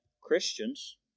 Christians